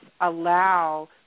allow